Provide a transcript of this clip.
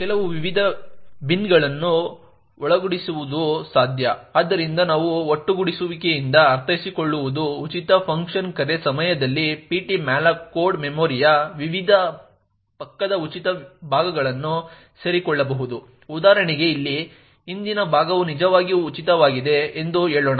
ಕೆಲವು ವಿಧದ ಬಿನ್ಗಳನ್ನು ಒಗ್ಗೂಡಿಸುವುದು ಸಾಧ್ಯ ಆದ್ದರಿಂದ ನಾವು ಒಟ್ಟುಗೂಡಿಸುವಿಕೆಯಿಂದ ಅರ್ಥೈಸಿಕೊಳ್ಳುವುದು ಉಚಿತ ಫಂಕ್ಷನ್ ಕರೆ ಸಮಯದಲ್ಲಿ ptmalloc ಕೋಡ್ ಮೆಮೊರಿಯ ವಿವಿಧ ಪಕ್ಕದ ಉಚಿತ ಭಾಗಗಳನ್ನು ಸೇರಿಕೊಳ್ಳಬಹುದು ಉದಾಹರಣೆಗೆ ಇಲ್ಲಿ ಹಿಂದಿನ ಭಾಗವು ನಿಜವಾಗಿ ಉಚಿತವಾಗಿದೆ ಎಂದು ಹೇಳೋಣ